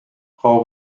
frau